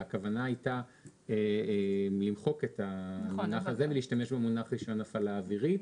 והכוונה הייתה למחוק את המונח הזה ולהשתמש במונח רישיון הפעלה אווירי.